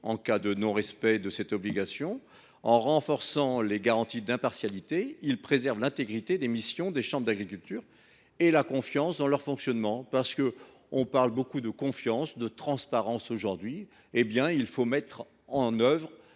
en cas de non respect de cette obligation. En renforçant les garanties d’impartialité, il préserve l’intégrité des missions des chambres d’agriculture et accroît la confiance dans leur fonctionnement. On parle beaucoup de confiance et de transparence : nous devons mettre en œuvre